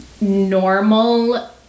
normal